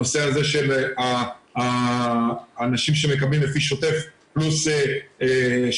הנושא של האנשים שמקבלים לפי שוטף פלוס 60,